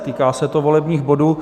Týká se to volebních bodů.